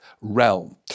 realm